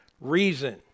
reason